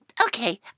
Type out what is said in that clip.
Okay